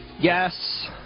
Yes